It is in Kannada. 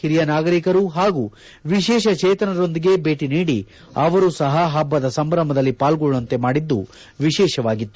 ಹಿರಿಯ ನಾಗರೀಕರು ಹಾಗೂ ವಿಶೇಷ ಚೇತನರೊಂದಿಗೆ ಭೇಟ ನೀಡಿ ಅವರೂ ಹಬ್ಬದ ಸಂಭ್ರಮದಲ್ಲಿ ಪಾಲ್ಗೊಳ್ಳುವಂತೆ ಮಾಡಿದ್ದು ವಿಶೇಷವಾಗಿತ್ತು